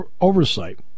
oversight